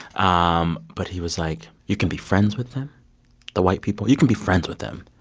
um but he was like, you can be friends with them the white people you can be friends with them.